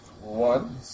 One